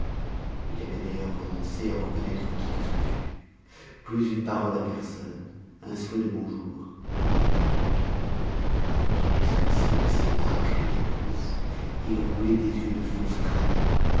il avait d'ailleurs renoncé à reconnaître qui que ce fût plus une parole à personne un souhait de bonjour rien du tout sous des sourcils aussi larges que des pouces il roulait des yeux de fauve traqué